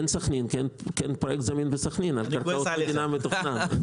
אין סח'נין כי אין פרויקט זמין בסח'נין על קרקעות מדינה שמתוכנן.